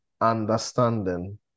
understanding